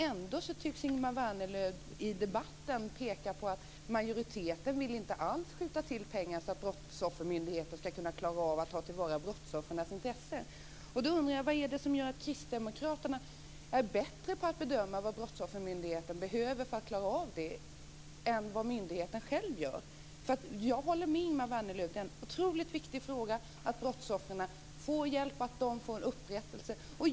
Ändå pekar Ingemar Vänerlöv i debatten på att majoriteten inte alls vill skjuta till pengar så att Brottsoffermyndigheten ska klara av att ta till vara brottsoffrens intresse. Då undrar jag: Vad är det som gör att kristdemokraterna är bättre på att bedöma vad Brottsoffermyndigheten behöver för att klara av detta än vad myndigheten själv är? Jag håller med Ingemar Vänerlöv: Det är en otroligt viktig fråga att brottsoffren får hjälp och upprättelse.